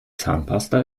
zahnpasta